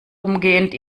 umgehend